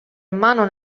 mano